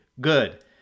good